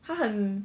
她很